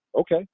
okay